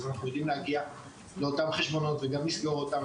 אז אנחנו יודעים להגיע לאותם חשבונות וגם לסגור אותם,